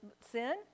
sin